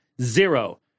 Zero